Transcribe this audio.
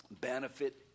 benefit